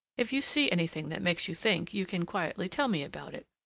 if you see anything that makes you think, you can quietly tell me about it.